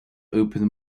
open